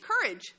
courage